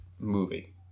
movie